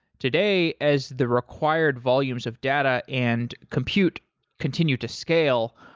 today, as the required volumes of data and compute continue to scale,